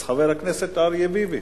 אז חבר הכנסת אריה ביבי,